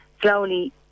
slowly